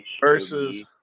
versus